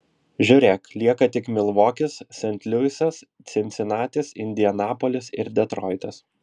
žiūrėk lieka tik milvokis sent luisas cincinatis indianapolis ir detroitas